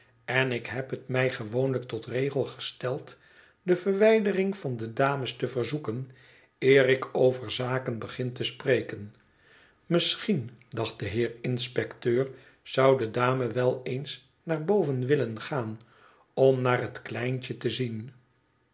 en ik heb het mij gewoonlijk tot regel gesteld de verwijdering van de dames te verzoeken eer ik over zaken begin te spreken misschien dacht de heer inspecteur zou de dame wel eens naar boven willen gaan om naar het kleintje te zien